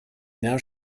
now